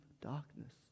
darkness